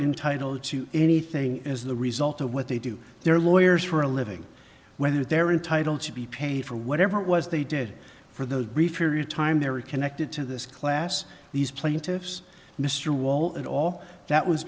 entitle to anything as the result of what they do their lawyers for a living whether they're entitle to be paid for whatever it was they did for those brief period time they were connected to this class these plaintiffs mr wall and all that was